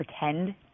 pretend